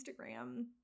Instagram